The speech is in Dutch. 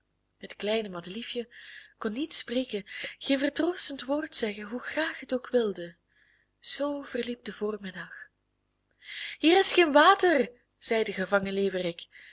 het kleine madeliefje kon niet spreken geen vertroostend woord zeggen hoe graag het ook wilde zoo verliep de voormiddag hier is geen water zei de gevangen leeuwerik